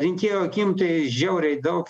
rinkėjo akim tai žiauriai daug